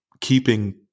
keeping